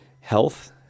health